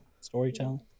Storytelling